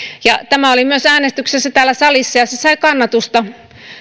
ja tämä oli myös äänestyksessä täällä salissa ja se sai kannatusta